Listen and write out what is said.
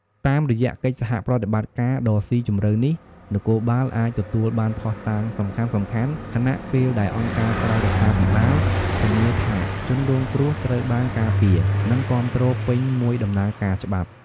តាមរយៈកិច្ចសហប្រតិបត្តិការដ៏ស៊ីជម្រៅនេះ នគរបាលអាចទទួលបានភស្តុតាងសំខាន់ៗ ខណៈពេលដែលអង្គការក្រៅរដ្ឋាភិបាលធានាថាជនរងគ្រោះត្រូវបានការពារ និងគាំទ្រពេញមួយដំណើរការច្បាប់។